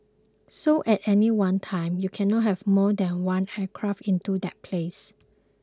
so at any one time you cannot have more than one aircraft into that place